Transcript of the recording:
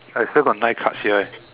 I still got nine cards here eh